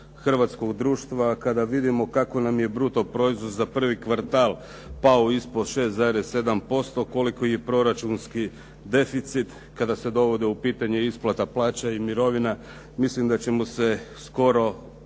hrvatskog društva kada vidimo kako nam je brutoproizvod za prvi kvartal pao ispod 6,7%, koliki je proračunski deficit kada se dovode u pitanje isplata plaća i mirovina. Mislim da ćemo se skoro